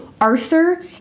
Arthur